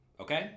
Okay